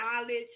knowledge